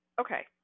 Okay